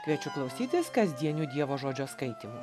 kviečiu klausytis kasdienių dievo žodžio skaitymų